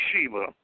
Shiva